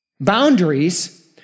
Boundaries